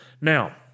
Now